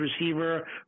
receiver